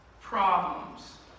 Problems